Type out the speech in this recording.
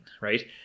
right